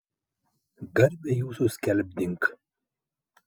garbę jūsų skelbdink